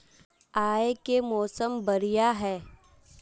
आय के मौसम बढ़िया है?